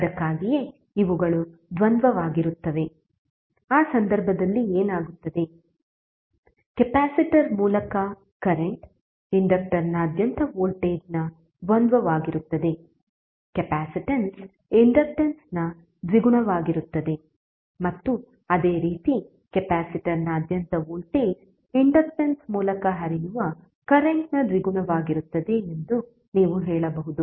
ಅದಕ್ಕಾಗಿಯೇ ಇವುಗಳು ದ್ವಂದ್ವವಾಗಿರುತ್ತವೆ ಆ ಸಂದರ್ಭದಲ್ಲಿ ಏನಾಗುತ್ತದೆ ಕೆಪಾಸಿಟರ್ ಮೂಲಕ ಕರೆಂಟ್ ಇಂಡಕ್ಟರ್ನಾದ್ಯಂತ ವೋಲ್ಟೇಜ್ನ ದ್ವಂದ್ವವಾಗಿರುತ್ತದೆ ಕೆಪಾಸಿಟನ್ಸ್ ಇಂಡಕ್ಟನ್ಸ್ನ ದ್ವಿಗುಣವಾಗಿರುತ್ತದೆ ಮತ್ತು ಅದೇ ರೀತಿ ಕೆಪಾಸಿಟರ್ನಾದ್ಯಂತ ವೋಲ್ಟೇಜ್ ಇಂಡಕ್ಟನ್ಸ್ ಮೂಲಕ ಹರಿಯುವ ಕರೆಂಟ್ನ ದ್ವಿಗುಣವಾಗಿರುತ್ತದೆ ಎಂದು ನೀವು ಹೇಳಬಹುದು